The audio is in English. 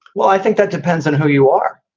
well, i think that depends on who you are,